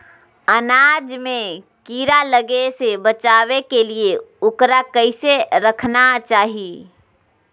अनाज में कीड़ा लगे से बचावे के लिए, उकरा कैसे रखना चाही?